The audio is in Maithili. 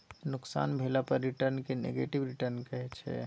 नोकसान भेला पर रिटर्न केँ नेगेटिव रिटर्न कहै छै